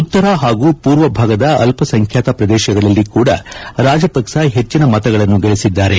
ಉತ್ತರ ಹಾಗೂ ಪೂರ್ವ ಭಾಗದ ಅಲ್ಪಸಂಖ್ಯಾತ ಪ್ರದೇಶಗಳಲ್ಲಿ ಕೂಡ ರಾಜಪಕ್ಪ ಹೆಚ್ಚಿನ ಮತಗಳನ್ನು ಗಳಿಸಿದ್ದಾರೆ